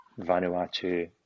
Vanuatu